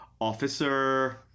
officer